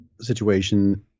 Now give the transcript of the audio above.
situation